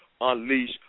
unleash